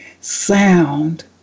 sound